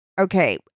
okay